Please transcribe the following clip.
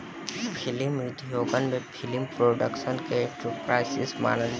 film उद्योगन में film production के एंटरप्रेन्योरशिप मानल जाला